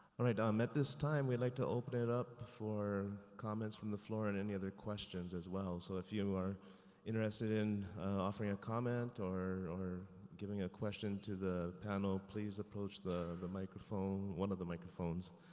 alright, um at this time, we'd like to open it up before comments from the floor and any other questions as well. so if you are interested in offering a comment or, or, giving a question to the panel, please approach the the microphone, one of the microphones,